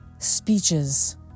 Speeches